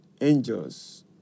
angels